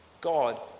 God